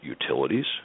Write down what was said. utilities